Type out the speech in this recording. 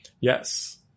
Yes